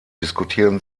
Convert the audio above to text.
diskutieren